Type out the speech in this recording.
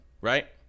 right